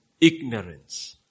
ignorance